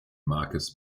marcus